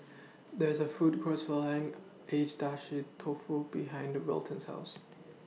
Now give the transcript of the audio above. There's A Food Court Selling Agedashi Dofu behind The Wilton's House